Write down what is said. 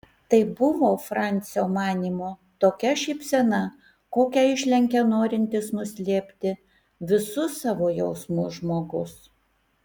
tai buvo francio manymu tokia šypsena kokią išlenkia norintis nuslėpti visus savo jausmus žmogus